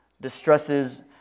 distresses